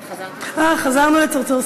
אה, חזרנו לצרצור.